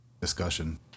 discussion